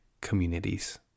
communities